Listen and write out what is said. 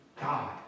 God